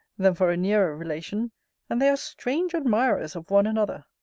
than for a nearer relation and they are strange admirers of one another.